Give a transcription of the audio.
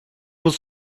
was